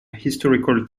historical